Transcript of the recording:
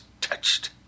touched